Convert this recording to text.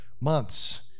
months